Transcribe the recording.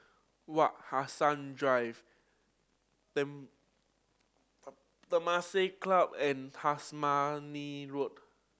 Wak Hassan Drive Temasek Club and Tasmania Road